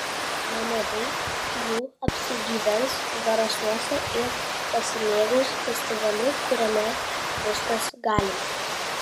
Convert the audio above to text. nemažai jų apsigyvens zarasuose ir pasimėgaus festivaliu kuriame viskas galima